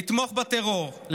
לתמוך בטרור,